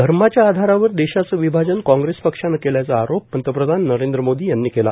धर्माच्या आधारावर देशाचं विभाजन काँग्रेस पक्षानं केल्याचा आरोप पंतप्रधान नरेंद्र मोदी यांनी केला